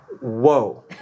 Whoa